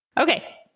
Okay